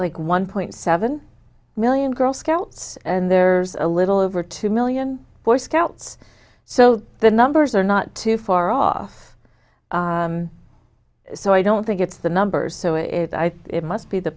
like one point seven million girl scouts and there's a little over two million boy scouts so the numbers are not too far off so i don't think it's the numbers so if i think it must be the